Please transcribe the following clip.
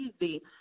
easy